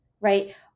right